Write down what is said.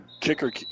kicker